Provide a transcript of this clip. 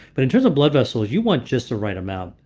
but in terms of blood vessels you want just the right amount.